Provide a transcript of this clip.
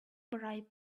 bribe